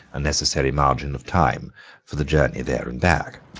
a necessary margin of time for the journey there and back.